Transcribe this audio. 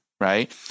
right